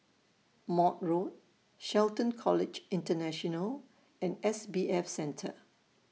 Maude Road Shelton College International and S B F Center